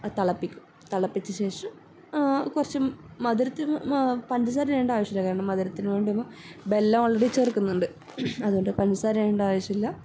ആ തിളപ്പിക്കും തിളപ്പിച്ച ശേഷം കുറച്ച് മധുരത്തിന് പഞ്ചസാര ഇടേണ്ട ആവശ്യം ഇല്ല കാരണം മധുരത്തിന് വേണ്ടി വെല്ലം ഓൾറെഡി ചേർക്കുന്നുണ്ട് അതുകൊണ്ട് പഞ്ചസാര ഇടേണ്ട ആവശ്യം ഇല്ല